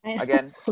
again